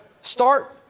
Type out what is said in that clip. Start